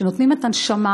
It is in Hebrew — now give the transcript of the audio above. שנותנים את הנשמה,